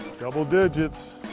double digits.